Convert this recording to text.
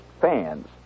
fans